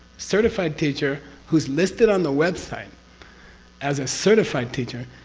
certified teacher, who's listed on the website as a certified teacher,